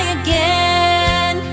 again